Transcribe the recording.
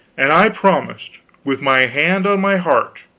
and i promised, with my hand on my heart,